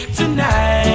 tonight